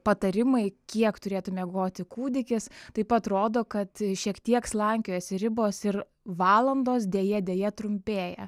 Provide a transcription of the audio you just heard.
patarimai kiek turėtų miegoti kūdikis taip pat rodo kad šiek tiek slankiojasi ribos ir valandos deja deja trumpėja